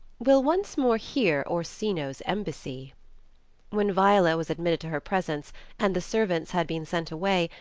we'll once more hear orsino's embassy when viola was admitted to her presence and the servants had been sent away,